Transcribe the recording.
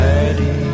Daddy